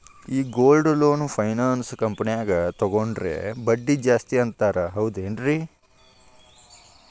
ಈ gold loan finance ಕಂಪನ್ಯಾಗ ತಗೊಂಡ್ರೆ ಬಡ್ಡಿ ಜಾಸ್ತಿ ಅಂತಾರ ಹೌದೇನ್ರಿ?